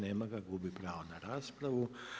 Nema ga, gubi pravo na raspravu.